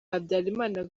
habyarimana